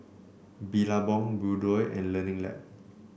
Billabong Bluedio and Learning Lab